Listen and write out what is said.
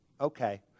okay